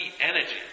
energy